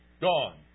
Gone